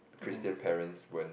Christian parents won't